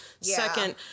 second